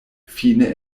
fine